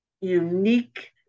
unique